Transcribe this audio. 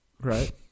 Right